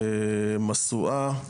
משואה,